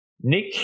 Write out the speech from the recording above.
Nick